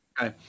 Okay